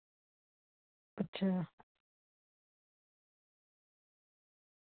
अच्छा